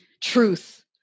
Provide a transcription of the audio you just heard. truth